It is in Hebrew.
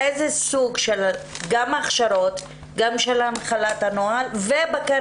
איזה סוג גם של הכשרות, של הנחלת הנוהל ובקרה?